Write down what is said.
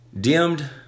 dimmed